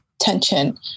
tension